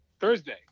Thursday